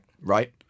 Right